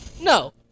No